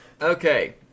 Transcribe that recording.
Okay